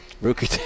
rookie